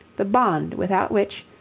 the bond without which,